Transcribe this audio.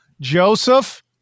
Joseph